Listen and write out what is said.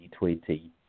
2020